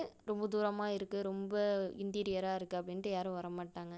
ரொம்ப தூரமாக இருக்குது ரொம்ப இன்டீரியராக இருக்குது அப்படின்ட்டு யாரும் வர மாட்டாங்கள்